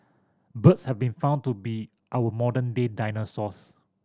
birds have been found to be our modern day dinosaurs